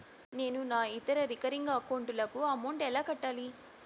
నేను నా ఇతర రికరింగ్ అకౌంట్ లకు అమౌంట్ ఎలా కట్టాలి?